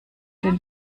den